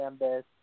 canvas